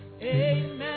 Amen